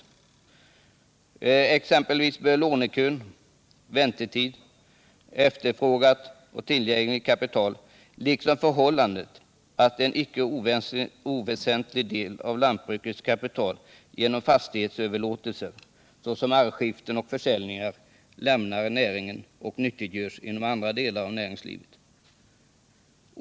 Det gäller exempelvis lånekö, väntetid, efterfrågat och tillgängligt kapital liksom förhållandet att en icke oväsentlig del av lantbrukets kapital genom fastighetsöverlåtelser — såsom arvsskiften och försäljningar — lämnar näringen och nyttiggörs inom andra delar av näringslivet.